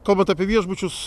kalbant apie viešbučius